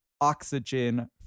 oxygen